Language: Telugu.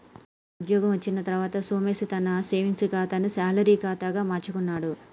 ఉద్యోగం వచ్చిన తర్వాత సోమేశ్ తన సేవింగ్స్ కాతాను శాలరీ కాదా గా మార్చుకున్నాడు